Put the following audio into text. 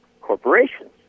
corporations